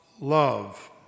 love